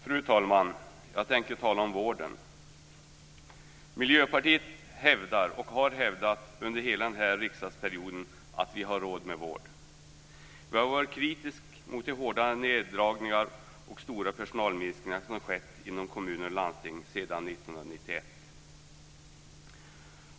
Fru talman! Jag tänker tala om vården. Miljöpartiet hävdar, och har under hela den här riksdagsperioden hävdat, att vi har råd med vård. Vi har varit kritiska mot de hårda neddragningar och stora personalminskningar som har skett inom kommuner och landsting sedan 1991.